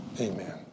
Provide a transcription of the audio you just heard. amen